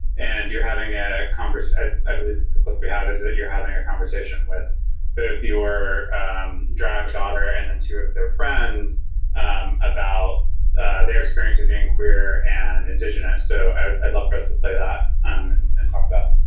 and you're having a converse. i believe we have is that you're having a conversation with both your um drag, a daughter and them to their friends um about ah their experience of being queer and indigenous. so i'd love for us to play that um and and talk about